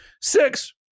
Six